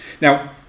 Now